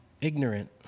ignorant